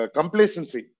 Complacency